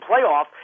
playoff